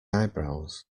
eyebrows